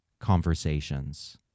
conversations